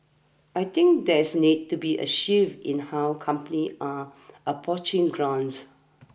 I think there is needs to be a shift in how companies are approaching grants